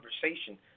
conversation